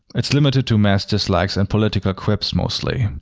it's limited to mass dislikes and political quips, mostly.